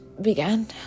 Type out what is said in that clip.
began